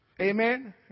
Amen